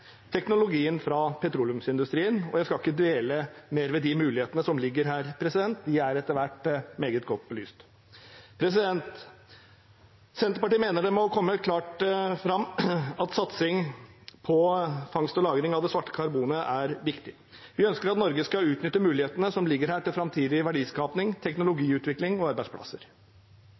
teknologien fra petroleumsindustrien. Jeg skal ikke dvele mer ved de mulighetene som ligger her – de er etter hvert meget godt belyst. Senterpartiet mener det må komme klart fram at satsing på fangst og lagring av det svarte karbonet er viktig. Vi ønsker at Norge skal utnytte mulighetene som ligger her, til framtidig verdiskaping, teknologiutvikling og arbeidsplasser.